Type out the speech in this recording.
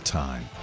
time